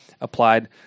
applied